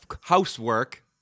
housework